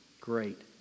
great